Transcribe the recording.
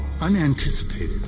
Unanticipated